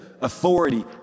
Authority